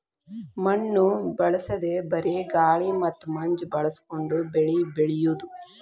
ಮಣ್ಣು ಬಳಸದೇ ಬರೇ ಗಾಳಿ ಮತ್ತ ಮಂಜ ಬಳಸಕೊಂಡ ಬೆಳಿ ಬೆಳಿಯುದು